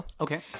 Okay